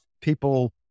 people